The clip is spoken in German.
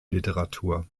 literatur